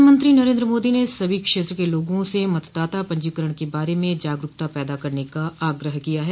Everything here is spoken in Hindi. प्रधानमंत्री नरेन्द्र मोदी ने सभी क्षेत्र के लोगों से मतदाता पंजीकरण के बारे में जागरूकता पैदा करने का आग्रह किया है